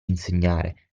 insegnare